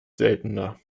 seltener